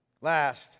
last